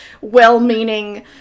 well-meaning